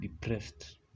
depressed